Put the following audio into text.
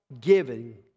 giving